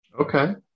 Okay